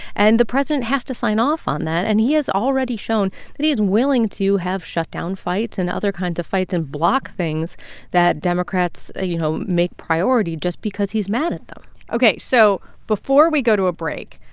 and the president has to sign off on that. and he has already shown that he's willing to have shutdown fights and other kinds of fights and block things that democrats, you know, make priority, just because he's mad at them ok. so before we go to a break,